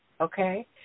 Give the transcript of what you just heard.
Okay